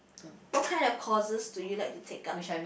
what kinds of courses do you like to take up